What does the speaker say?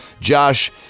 Josh